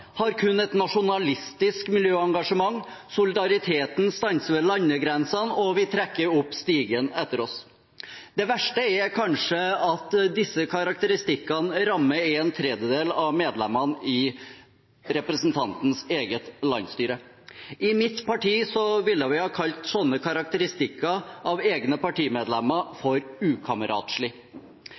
har kun et nasjonalistisk miljøengasjement, solidariteten stanser ved landegrensene, og vi trekker opp stigen etter oss. Det verste er kanskje at disse karakteristikkene rammer en tredjedel av medlemmene i representantens eget landsstyre. I mitt parti ville vi kalt slike karakteristikker av egne partimedlemmer ukameratslig. Jeg ber også om at de som mener at ACER er avgjørende for